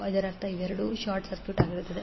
ಇದರರ್ಥ ಇವೆರಡೂ short circuit ಆಗಿರುತ್ತದೆ